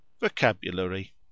Vocabulary